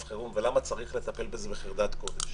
החירום ולמה צריך לטפל בזה בחרדת קודש?